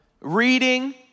reading